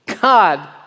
God